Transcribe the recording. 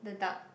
the duck